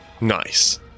Nice